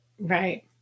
Right